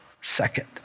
second